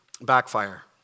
backfire